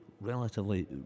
relatively